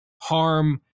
harm